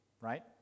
right